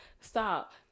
stop